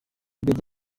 indege